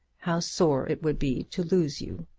how sore it would be to lose you.